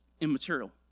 immaterial